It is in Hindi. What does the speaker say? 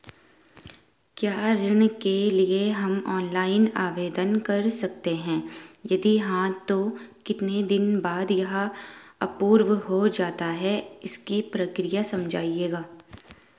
क्या ऋण के लिए हम ऑनलाइन आवेदन कर सकते हैं यदि हाँ तो कितने दिन बाद यह एप्रूव हो जाता है इसकी प्रक्रिया समझाइएगा?